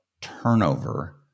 turnover